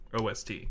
OST